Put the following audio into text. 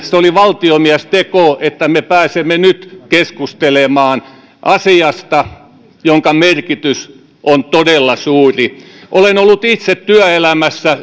se oli valtiomiesteko että me pääsemme nyt keskustelemaan asiasta jonka merkitys on todella suuri olen ollut itse työelämässä